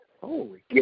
Holy